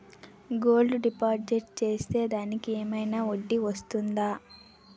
Gold deposit చేస్తే దానికి ఏమైనా వడ్డీ వస్తుందా?